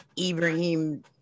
Ibrahim